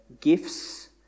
gifts